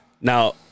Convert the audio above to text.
Now